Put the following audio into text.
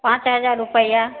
पाँच हजार रुपैआ